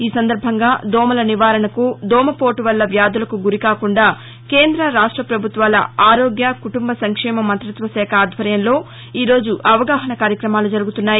ఈ సందర్బంగా దోమల నివారణకు దోమపోటు వల్ల వ్యాధులకు గురికాకుండా కేంద రాష్ట ప్రభుత్వాల ఆరోగ్య కుటుంబ సంక్షేమ మంతిత్వశాఖ ఆధ్వర్యంలో ఈ రోజు అవగాహనా కార్యక్రమాలు జరుగుతున్నాయి